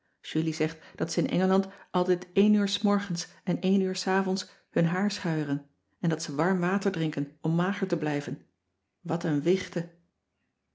julie zegt dat ze in engeland altijd een uur s morgens en een uur s avond hun haar schuieren en dat ze warm water drinken om mager te blijven wat een wichten